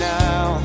now